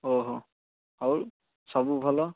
ଓହୋ ଆଉ ସବୁ ଭଲ